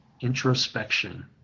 introspection